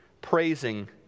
praising